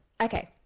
okay